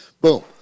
Boom